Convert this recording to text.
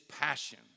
passion